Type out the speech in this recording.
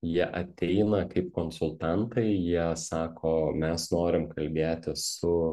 jie ateina kaip konsultantai jie sako mes norim kalbėti su